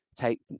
take